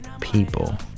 people